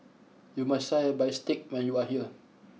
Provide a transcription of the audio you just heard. you must try Bistake when you are here